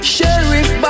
Sheriff